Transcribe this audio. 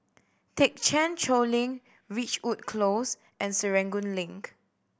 Thekchen Choling Ridgewood Close and Serangoon Link